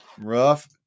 Rough